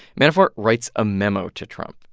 manafort writes a memo to trump.